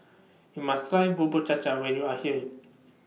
YOU must Try Bubur Cha Cha when YOU Are here